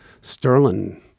Sterling